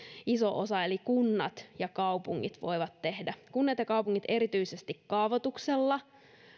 iso osa eli kunnat ja kaupungit voi tehdä erityisesti kaavoituksella